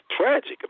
tragic